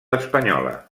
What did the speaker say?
espanyola